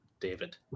David